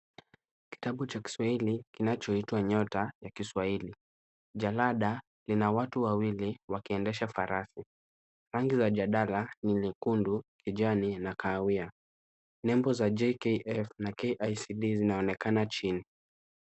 Kitabu cha kiswahili kinachoitwa nyota ya kiswahili. Jalada lina watu wawili wakiendesha farasi. Rangi ya jadala ni nyekundu, kijani na kahawia. Nembo za JKF na KICD zinaonekana chini.